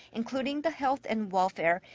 including the health and welfare.